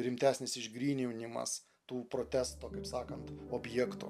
rimtesnis išgryninimas tų protesto kaip sakant objektų